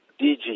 DG